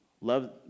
Love